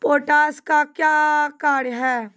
Potash का क्या कार्य हैं?